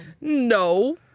No